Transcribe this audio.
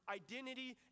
identity